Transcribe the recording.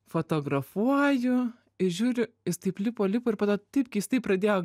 fotografuoju ir žiūriu jis taip lipo lipo ir po to taip keistai pradėjo